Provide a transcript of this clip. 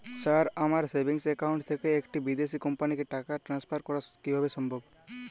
Sir আমার savings account থেকে একটি বিদেশি কোম্পানিকে টাকা ট্রান্সফার করা কীভাবে সম্ভব?